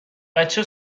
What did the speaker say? بچه